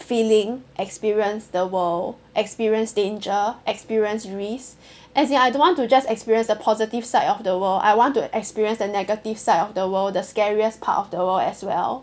feeling experience the world experience danger experience risk as in I don't want to just experience a positive side of the world I want to experience the negative side of the world the scariest part of the world as well